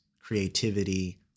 Creativity